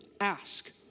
ask